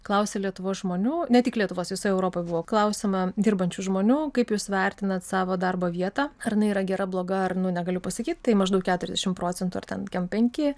klausė lietuvos žmonių ne tik lietuvos visoj europoj buvo klausiama dirbančių žmonių kaip jūs vertinat savo darbo vietą ar jinai yra gera bloga ar nu negaliu pasakyt tai maždaug keturiasdešimt procentų ar ten kem penki